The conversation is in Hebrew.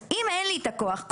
אם אין לי את הכוח,